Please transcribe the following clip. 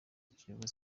kiyovu